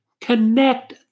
Connect